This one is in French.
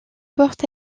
porte